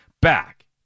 back